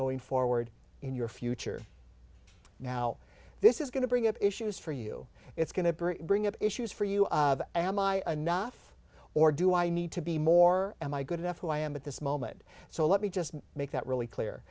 going forward in your future now this is going to bring up issues for you it's going to bring up issues for you am i not or do i need to be more am i good enough to i am at this moment so let me just make that really clear